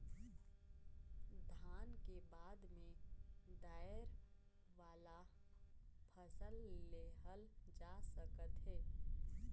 धान के बाद में दायर वाला फसल लेहल जा सकत हे